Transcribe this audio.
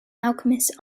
alchemist